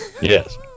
Yes